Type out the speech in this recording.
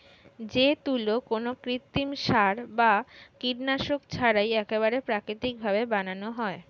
যে তুলো কোনো কৃত্রিম সার বা কীটনাশক ছাড়াই একেবারে প্রাকৃতিক ভাবে বানানো হয়